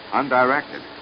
undirected